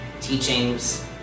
teachings